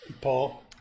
Paul